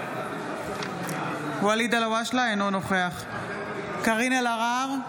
אינו נוכח קארין אלהרר,